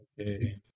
Okay